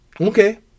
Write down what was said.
okay